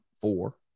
four